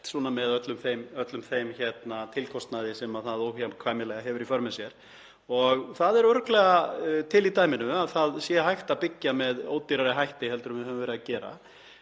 með öllum þeim tilkostnaði sem það óhjákvæmilega hefur í för með sér. Það er örugglega til í dæminu að hægt sé að byggja með ódýrari hætti heldur en við höfum verið að gera